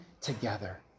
together